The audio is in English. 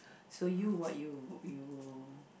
so you what you